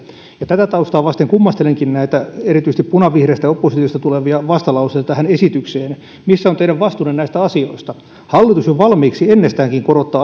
ja tätä taustaa vasten kummastelenkin näitä erityisesti punavihreästä oppositiosta tulevia vastalauseita tähän esitykseen missä on teidän vastuunne näistä asioista hallitus jo valmiiksi ennestäänkin korottaa